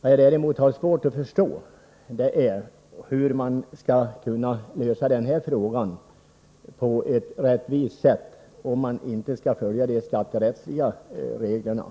Vad jag däremot har svårt att förstå är hur man skall kunna lösa denna fråga på ett rättvist sätt om man inte skall följa de skatterättsliga reglerna.